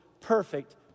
perfect